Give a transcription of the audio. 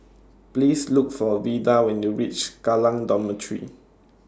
Please Look For Vida when YOU REACH Kallang Dormitory